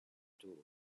tour